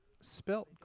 spelt